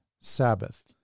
Sabbath